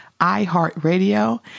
iHeartRadio